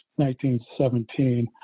1917